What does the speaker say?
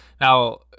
now